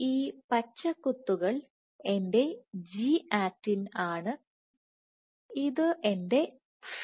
ഈ പച്ച കുത്തുകൾ എന്റെ G ആക്റ്റിൻ ആണ് ഇത് എന്റെ ഫിലമെന്റ് രൂപമാണ്